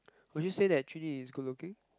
would you say that Jun-Yi is good looking